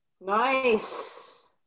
nice